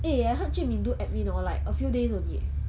eh I heard jun min do admin orh like a few days leh